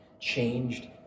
changed